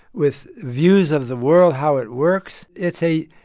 with views of the world, how it works. it's a